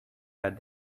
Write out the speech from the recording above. had